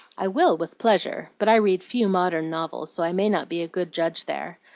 i will, with pleasure but i read few modern novels, so i may not be a good judge there.